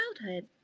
childhood